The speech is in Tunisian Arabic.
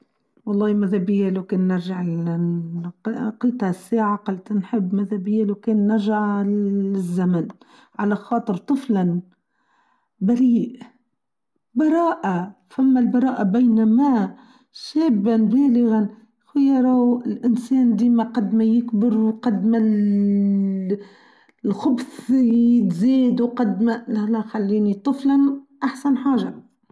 و الله ماذا بيا لو كان نرجع قلت هالساعه و قلت نحب ماذا بيا لو كان نرجع الزمن على خاطر طفلا بريئ برائه ثمه برائه بينما شابه بالغه خيارو الإنسان ديما قد ما يكبرو وقد ما للللللل الخبث يتزاد لا لا خليني طفلا أحسن حاجه.